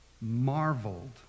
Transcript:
marveled